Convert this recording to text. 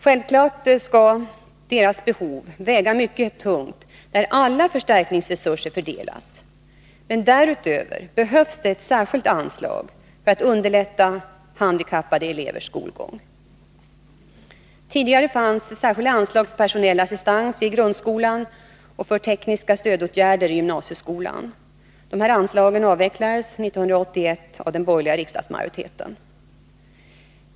Självfallet skall deras behov väga mycket tungt när alla förstärkningsresurser fördelas. Men därutöver behövs ett särskilt anslag för att underlätta handikappade elevers skolgång. Tidigare fanns särskilda anslag för personell assistans i grundskolan och för tekniska stödåtgärder i gymnasieskolan. Dessa anslag avvecklades 1981 av den borgerliga riksdagsmajoriteten.